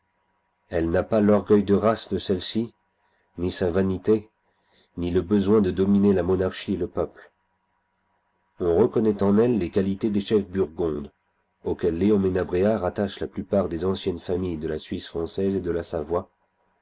elle n'a pas l'orgueil de race de celle-ci ni sa vanité ni le besoin de dominer la monarchie et le peuple on reconnaît en elle les qualités des chefs burgondes auxquels léon menabrea rattache la plupart des anciennes familles de la suisse française et de la savoie